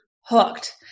hooked